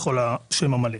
בכל השם המלא.